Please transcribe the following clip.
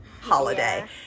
holiday